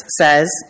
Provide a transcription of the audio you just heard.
says